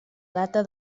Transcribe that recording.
data